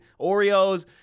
Oreos